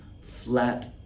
flat